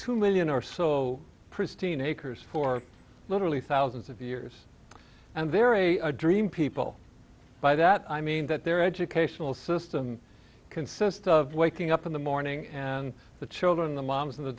two million or so pristine acres for literally thousands of years and they're a dream people by that i mean that their educational system consists of waking up in the morning and the children the moms and